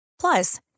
Plus